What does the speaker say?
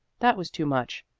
that was too much.